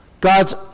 God's